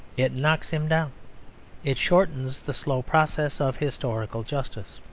it knocks him down it shortens the slow process of historical justice.